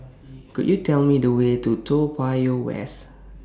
Could YOU Tell Me The Way to Toa Payoh West